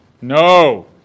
No